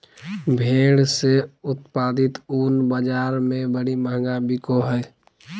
भेड़ से उत्पादित ऊन बाज़ार में बड़ी महंगा बिको हइ